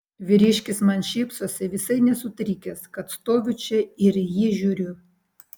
vyriškis man šypsosi visai nesutrikęs kad stoviu čia ir į jį žiūriu